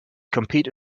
compete